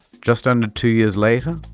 just under two years later,